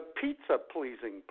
pizza-pleasing